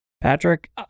Patrick